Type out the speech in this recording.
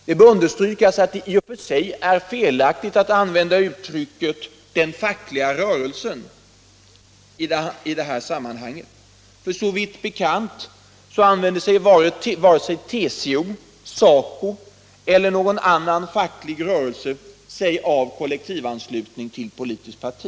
Det bör understrykas att det i och för sig är felaktigt att använda uttrycket ”den fackliga rörelsen” i detta sammanhang. Såvitt bekant använder sig varken TCO, SACO eller någon annan facklig rörelse av kol lektiv anslutning till politiskt parti.